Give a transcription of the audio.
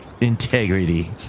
Integrity